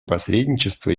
посредничества